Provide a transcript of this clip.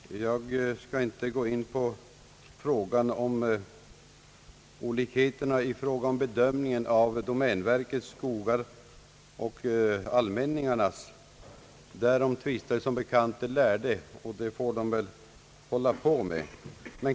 Herr talman! Jag skall inte gå in på frågan om olikheterna i bedömningen av domänverkets skogar och allmänningarnas. Därom tvistar som bekant de lärde — och det får de väl fortsätta med.